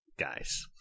guys